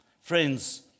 Friends